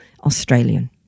Australian